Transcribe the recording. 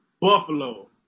Buffalo